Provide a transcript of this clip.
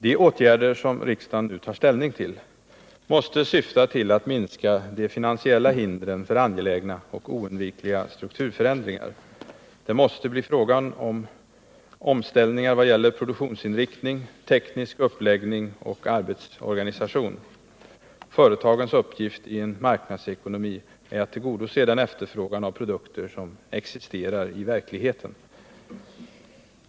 De åtgärder som riksdagen nu tar ställning till måste syfta till att minska de finansiella hindren för angelägna och oundvikliga strukturförändringar. Det måste bli fråga om omställningar vad gäller produktionsinriktning, teknisk uppläggning och arbetsorganisation. Företagens uppgift i en marknadsekonomi är att tillgodose den efterfrågan av produkter som existerar i verkligheten.